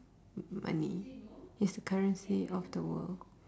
money is the currency of the world